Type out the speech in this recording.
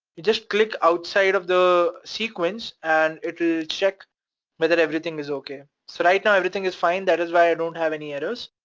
you just click outside of the sequence and it'll check whether everything is okay. so right now everything is fine, that is why i don't have any errors.